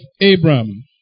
Abraham